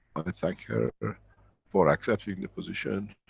and thank her for accepting the position.